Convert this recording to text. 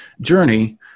journey